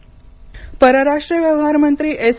जयशंकर परराष्ट्र व्यवहार मंत्री एस